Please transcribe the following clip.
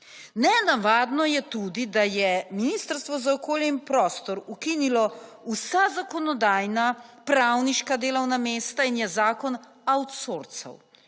Nenavadno je tudi da je Ministrstvo za okolje in prostor ukinilo vsa zakonodajna pravniška delovna mesta in je zakon outsoursal,